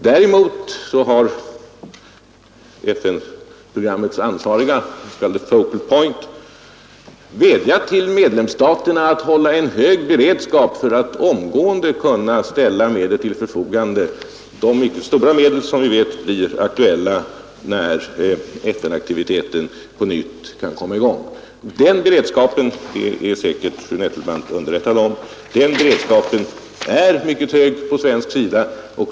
Däremot har FN-programmets ansvariga, den s.k. focal point, vädjat till medlemsstaterna att hålla en hög beredskap för att omgående kunna ställa till förfogande de mycket stora medel som vi vet blir aktuella när FN-ktiviteten på nytt kan komma i gång. Den beredskapen, som fru Nettelbrandt säkert är underrättad om, är mycket hög på svensk sida.